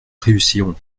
réussirons